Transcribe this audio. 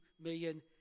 million